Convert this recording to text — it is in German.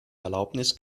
erlaubnis